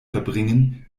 verbringen